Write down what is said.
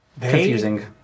Confusing